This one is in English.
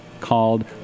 called